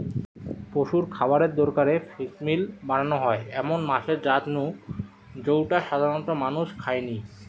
পশুর খাবারের দরকারে ফিসমিল বানানা হয় এমন মাছের জাত নু জউটা সাধারণত মানুষ খায়নি